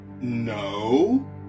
No